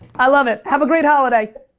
i love it. have a great holiday.